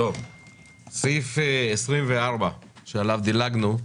סעיף 24 שעליו דילגנו,